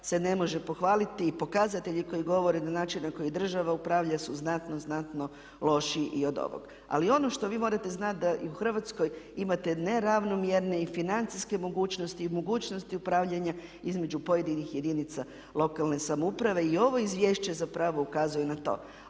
se ne može pohvaliti i pokazatelji koji govore da način na koji država upravlja su znatno lošiji i od ovoga. Ali ono što vi morate znati da i u Hrvatskoj imate neravnomjerne i financijske mogućnosti i mogućnosti upravljanja između pojedinih jedinica lokalne samouprave. I ovo izvješće zapravo ukazuje na to.